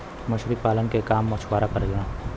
मछरी पालन के काम मछुआरा करेलन